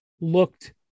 looked